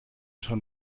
schon